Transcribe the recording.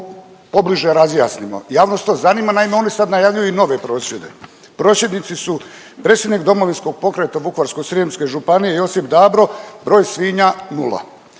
pobliže razjasnimo. Javnost to zanima, naime oni sad najavljuju i nove prosvjede. Prosvjednici su predsjednik Domovinskog pokreta Vukovarsko-srijemske županije, Josip Dabro, broj svinja 0.